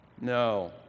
No